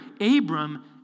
Abram